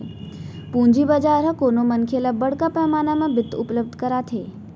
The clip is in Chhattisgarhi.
पूंजी बजार ह कोनो मनखे ल बड़का पैमाना म बित्त उपलब्ध कराथे